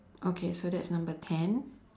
okay so that's number ten